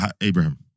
Abraham